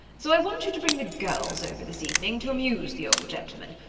so i want you to bring the girls over this evening, to amuse the old gentleman.